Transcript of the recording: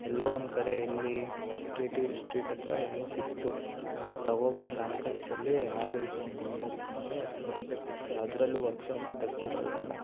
ಎಲ್ಲೋ ಒಂದ್ಕಡೆ ಎಲ್ಲಿ K T street ಹತ್ರ ಎಲ್ಲೋ ಸಿಕ್ತು ಅದು ತೊಗೋಬಂದು ಹಾಕೋ ಅಷ್ಟರಲ್ಲಿ ಆಗೋಯ್ತು ಒಂದು ಒಂಬತ್ತು ಗಂಟೆ ಹತ್ತು ಗಂಟೆ ಫಿಕ್ಸ್ ಅದರಲ್ಲೂ ವರ್ಕ್ ಶಾಪು ತೆಗ್ದಿರೋಲ್ವಲ್ಲ